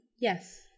Yes